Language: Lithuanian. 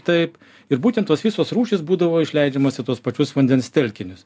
taip ir būtent tos visos rūšys būdavo išleidžiamos į tuos pačius vandens telkinius